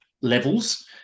levels